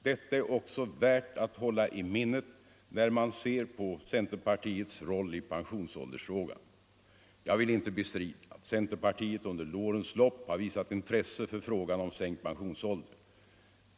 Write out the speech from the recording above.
Detta är också värt att hålla i minnet när man ser på cen 33 terpartiets roll i pensionsåldersfrågan. Jag vill inte bestrida att centerpartiet under årens lopp har visat intresse för frågan om sänkt pensionsålder.